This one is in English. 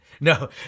No